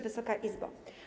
Wysoka Izbo!